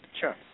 Sure